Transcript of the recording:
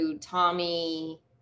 Tommy